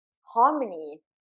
harmony